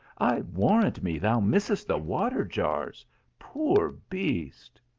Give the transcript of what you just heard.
i warrant me thou missest the water jars poor beast!